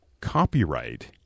copyright